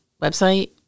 website